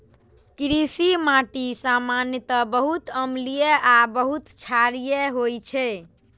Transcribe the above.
कृषि माटि सामान्यतः बहुत अम्लीय आ बहुत क्षारीय होइ छै